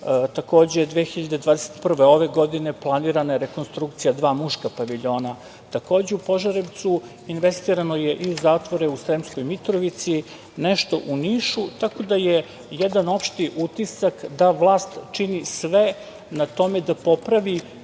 Takođe, 2021. ove godine planirana je rekonstrukcija dva muška paviljona, takođe u Požarevcu. Investirano je i u zatvore u Sremskoj Mitrovici, nešto u Nišu, tako da je, jedan opšti utisak da vlast čini sve na tome da popravi